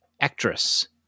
actress